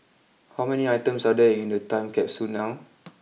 how many items are there in the time capsule now